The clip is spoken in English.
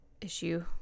issue